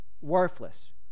worthless